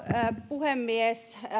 puhemies